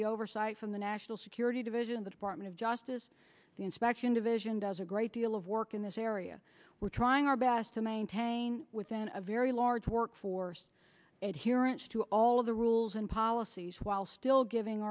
the oversight from the national security division the department of justice the inspection division does a great deal of work in this area we're trying our best to maintain within a very large workforce and here it's to all of the rules and policies while still giving